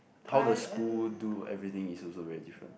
how the school do everything is also very different